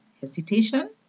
hesitation